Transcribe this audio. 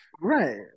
Right